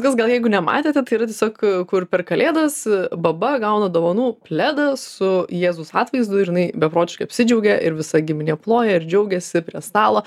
kas gal jeigu nematėte tai yra tiesiog kur per kalėdas baba gauna dovanų pledą su jėzaus atvaizdu ir jinai beprotiškai apsidžiaugia ir visa giminė ploja ir džiaugiasi prie stalo